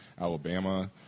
Alabama